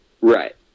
Right